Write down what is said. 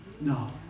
No